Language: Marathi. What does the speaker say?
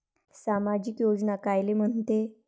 सामाजिक योजना कायले म्हंते?